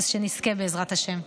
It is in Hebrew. אז שנזכה, בעזרת השם.